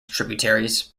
tributaries